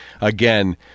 again